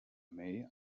may